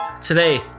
today